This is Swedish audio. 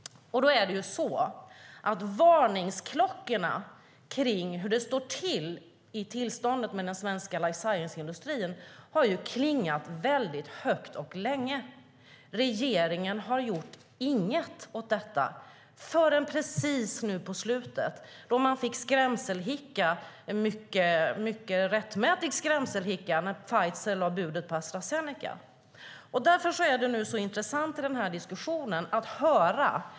Varningsklockorna för tillståndet i den svenska life science-industrin har klingat högt och länge. Regeringen har inte gjort något åt detta förrän precis nu på slutet, då man fick skrämselhicka - en mycket rättmätig sådan - när Pfizer lade bud på Astra Zeneca.